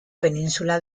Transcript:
península